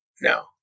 no